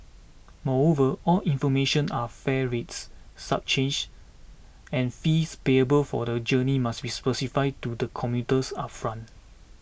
moreover all information are fare rates surcharges and fees payable for the journey must be specified to the commuters upfront